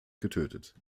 getötet